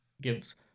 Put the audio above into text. gives